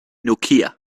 nokia